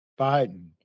Biden